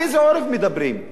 שר יציל את העורף?